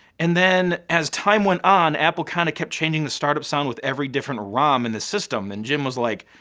and then as time went on, apple kind of kept changing the startup sound with every different rom in the system and jim was like,